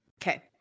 okay